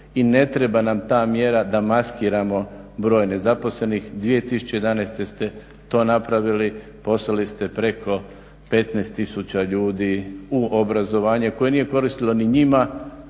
i ne treba nam ta mjera da maskiramo broj nezaposlenih 2011. Ste to napravili, poslali ste preko 15 tisuća ljudi u obrazovanje koje nije koristilo ni njima